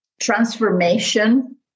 transformation